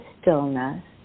stillness